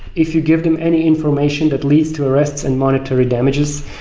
if you give them any information that leads to arrests and monetary damages,